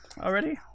already